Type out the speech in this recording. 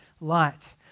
light